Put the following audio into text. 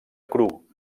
cru